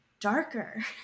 darker